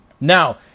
now